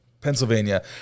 Pennsylvania